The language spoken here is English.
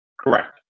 Correct